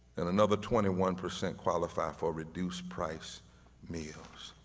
and another twenty one percent qualify for reduced-price meals.